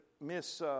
Miss